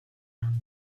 ram